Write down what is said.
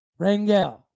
Rangel